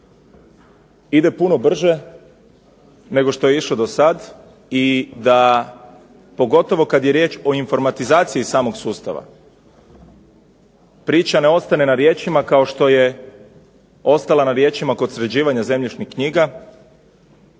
ide puno brže nego što je išao dosad i da pogotovo kad je riječ o informatizaciji samog sustava priča ne ostane na riječima kao što je ostala na riječima kod sređivanja zemljišnih knjiga.